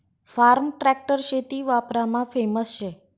form tractor शेती वापरमा famous शे